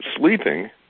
sleeping